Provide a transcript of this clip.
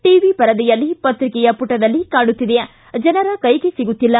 TV ಪರದೆಯಲ್ಲಿ ಪತ್ರಿಕೆಯ ಪುಟದಲ್ಲಿ ಕಾಣುತ್ತಿದೆ ಜನರ ಕೈಗೆ ಸಿಗುತ್ತಿಲ್ಲ